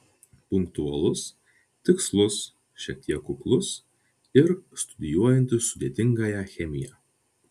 punktualus tikslus šiek tiek kuklus ir studijuojantis sudėtingąją chemiją